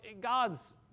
God's